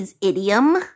idiom